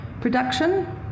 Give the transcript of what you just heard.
production